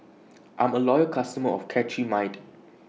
I'm A Loyal customer of Cetrimide